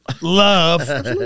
love